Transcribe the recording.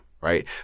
Right